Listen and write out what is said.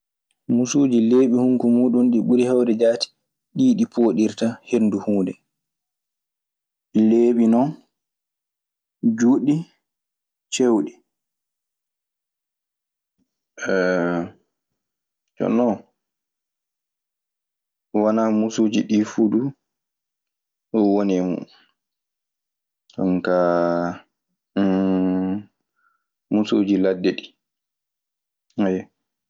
Musuuji, leeɓi hunuko muuɗun ɗii ɓuri heewde jaati. Ɗii ɗi pooɗirta henndu huunde. Leeɓi non juutɗi, cewɗi. Jonnon wanaa musuuji ɗii fuu du ɗun woni e mun. Jonkaa musuuji ladde ɗii, ayyo.